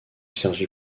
cergy